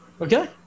Okay